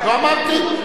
לא אמרתי.